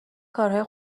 کارهای